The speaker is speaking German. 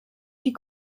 die